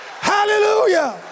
Hallelujah